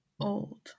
old